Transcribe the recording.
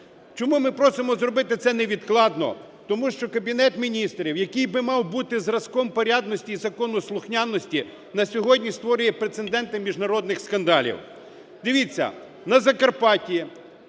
Чому ми просимо зробити це невідкладно? Тому що Кабінет Міністрів, який би мав бути зразком порядності ізаконослухняності, на сьогодні створює прецеденти міжнародних скандалів. Дивіться, на Закарпатті